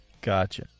Gotcha